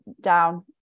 down